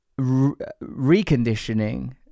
reconditioning